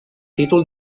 títol